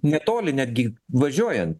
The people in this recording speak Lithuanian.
netoli netgi važiuojan